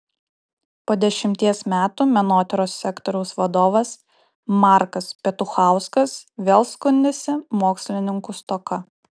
po dešimties metų menotyros sektoriaus vadovas markas petuchauskas vėl skundėsi mokslininkų stoka